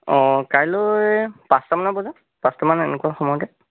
অঁ কাইলৈ পাঁচটামান বজাত পাঁচটামান এনেকুৱা সময়তে